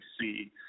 see